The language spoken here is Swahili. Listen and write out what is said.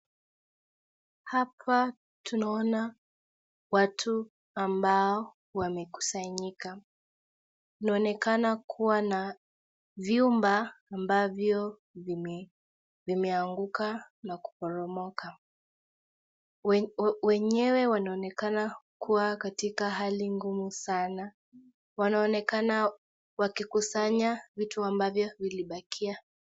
Hapa tunaona watu ambao wamekusanyika. Inaonekana kuwa na vyumba ambavyo vimeanguka na kuporomoka. Wenyewe wanaonekana kuwa katika hali ngumu sana. Wanaonekana wakikusanya vitu ambavyo vilibakia.